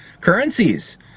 currencies